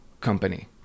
company